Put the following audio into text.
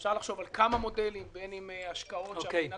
אפשר לחשוב על כמה מודלים בין אם השקעות שהמדינה